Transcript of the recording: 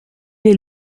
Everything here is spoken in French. est